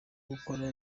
gukora